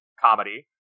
comedy